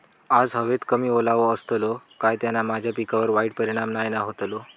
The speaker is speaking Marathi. आज हवेत कमी ओलावो असतलो काय त्याना माझ्या पिकावर वाईट परिणाम नाय ना व्हतलो?